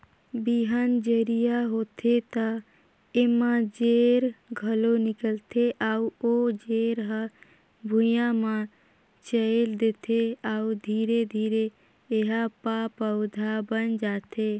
बिहान जरिया होथे त एमा जेर घलो निकलथे अउ ओ जेर हर भुइंया म चयेल देथे अउ धीरे धीरे एहा प पउधा बन जाथे